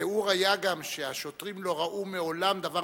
התיאור היה גם שהשוטרים לא ראו מעולם דבר